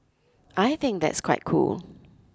I think that's quite cool